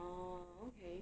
oh okay